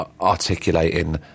articulating